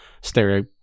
stereo